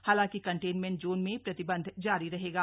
हालांकि containment zone में प्रतिबंध जारी रहेंगे